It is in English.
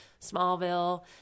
smallville